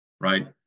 right